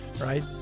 right